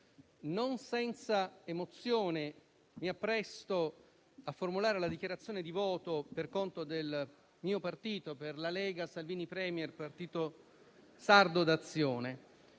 non senza emozione mi appresto a formulare la dichiarazione di voto per conto del Gruppo Lega-Salvini Premier-Partito Sardo d'Azione.